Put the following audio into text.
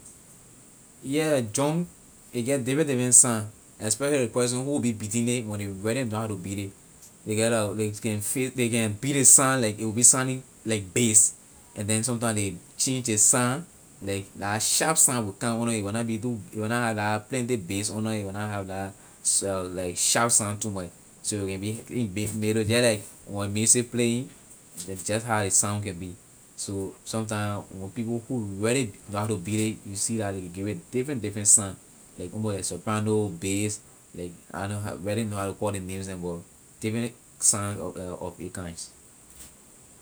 Yeah drum a get different different sign especially when ley person who will be beating it when ley really know how to beat it ley get a ley can fit ley can beat ley sign like a will be signing like base and then sometime ley change ley sign like la sharp sign will come under it a will na be too a will na have la plenty base under it a will na have la sharp sign too much so just like when music playing just how a sound can be so sometime when people cope really know how to beat it you see la ley give it different different sign like soprano base like I na know really know hoe to call ly names neh different sign of a kind.